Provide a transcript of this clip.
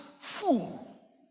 fool